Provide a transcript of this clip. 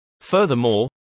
Furthermore